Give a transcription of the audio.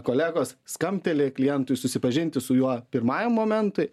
kolegos skambteli klientui susipažinti su juo pirmajam momentui